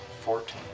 Fourteen